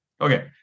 Okay